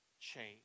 change